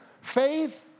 faith